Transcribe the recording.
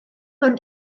mewn